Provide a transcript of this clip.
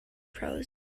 prose